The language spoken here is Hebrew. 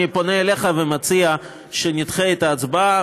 אני פונה אליך ומציע שנדחה את ההצבעה